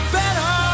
better